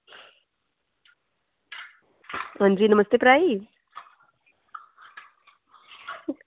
अंजी नमस्ते भ्रा ई